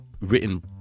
written